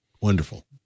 wonderful